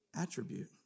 attribute